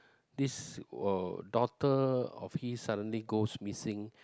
this uh daughter of his suddenly goes missing